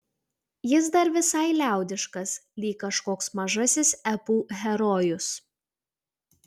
jis dar visai liaudiškas lyg kažkoks mažasis epų herojus